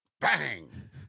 Bang